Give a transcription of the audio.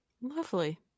Lovely